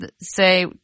say